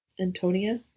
Antonia